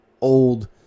old